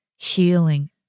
Healing